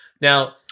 Now